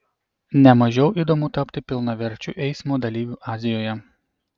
ne mažiau įdomu tapti pilnaverčiu eismo dalyviu azijoje